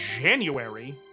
January